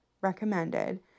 recommended